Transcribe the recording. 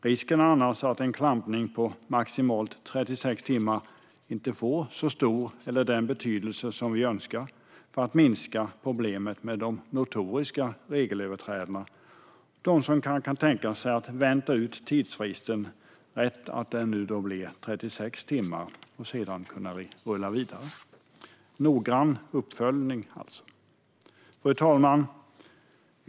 Risken är annars att en klampning på maximalt 36 timmar inte får den betydelse som vi önskar för att minska problemet med de notoriska regelöverträdarna som kanske kan tänka sig att vänta ut tidsfristen som nu blir 36 timmar och sedan kunna rulla vidare. Det krävs alltså en noggrann uppföljning. Fru talman!